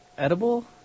edible